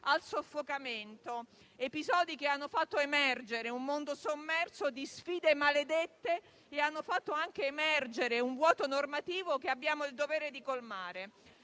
al soffocamento: episodi che hanno fatto emergere un mondo sommerso di sfide maledette e anche un vuoto normativo che abbiamo il dovere di colmare.